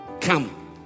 Come